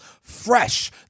fresh